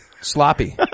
sloppy